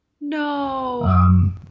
No